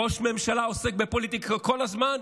ראש ממשלה עוסק בפוליטיקה כל הזמן,